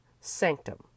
sanctum